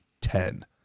ten